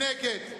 נגד?